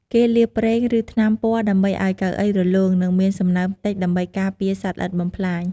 គេលាបប្រេង ឬថ្នាំពណ៌ដើម្បីឲ្យកៅអីរលោង និងមានសំណើមតិច ដើម្បីការពារសត្វល្អិតបំផ្លាញ។